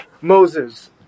Moses